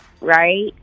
right